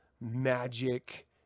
magic